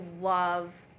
love